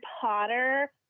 Potter